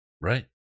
Right